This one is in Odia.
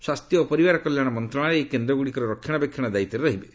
ସ୍ୱାସ୍ଥ୍ୟ ଓ ପରିବାର କଲ୍ୟାଣ ମନ୍ତ୍ରଣାଳୟ ଏହି କେନ୍ଦ୍ରଗୁଡ଼ିକର ରକ୍ଷଣାବେକ୍ଷଣ ଦାୟିତ୍ୱରେ ରହିବେ